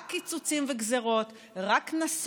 רק קיצוצים וגזרות, רק קנסות,